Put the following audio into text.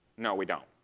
no. we don't.